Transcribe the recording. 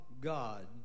God